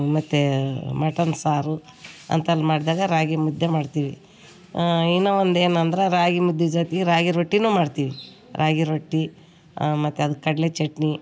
ಮತ್ತೆ ಮಟನ್ ಸಾರು ಅಂತೆಲ್ಲ ಮಾಡಿದಾಗ ರಾಗಿ ಮುದ್ದೆ ಮಾಡ್ತೀವಿ ಇನ್ನಾ ಒಂದು ಏನೆಂದ್ರೆ ರಾಗಿ ಮುದ್ದೆ ಜೊತೆಗೆ ರಾಗಿ ರೊಟ್ಟಿಯೂ ಮಾಡ್ತೀವಿ ರಾಗಿ ರೊಟ್ಟಿ ಮತ್ತು ಅದು ಕಡಲೆ ಚಟ್ನಿ